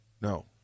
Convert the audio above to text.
no